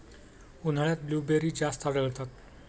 उन्हाळ्यात ब्लूबेरी जास्त आढळतात